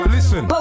Listen